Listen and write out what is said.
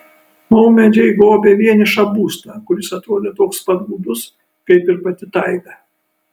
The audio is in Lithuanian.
maumedžiai gobė vienišą būstą kuris atrodė toks pat gūdus kaip ir pati taiga